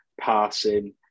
passing